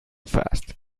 fast